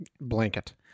blanket